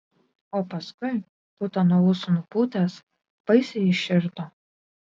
o paskui putą nuo ūsų nupūtęs baisiai įširdo